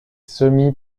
semi